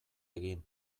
egin